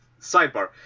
sidebar